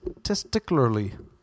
testicularly